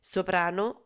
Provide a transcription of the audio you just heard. Soprano